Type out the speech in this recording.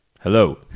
Hello